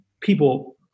people